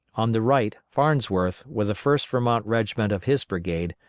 on the right farnsworth, with the first vermont regiment of his brigade,